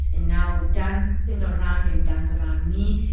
and now dance, sing around and dance around me,